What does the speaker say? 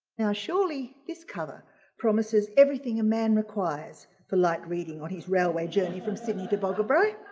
now surely his cover promises everything a man requires for light reading on his railway journey from sydney to bogabri.